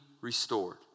restored